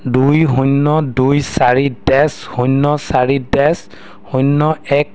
দুই শূন্য দুই চাৰি ডেচ শূন্য চাৰি ডেচ শূন্য এক